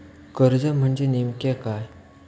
कर्ज म्हणजे नेमक्या काय?